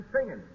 singing